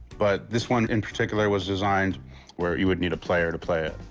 but this one in particular was designed where you would need a player to play it.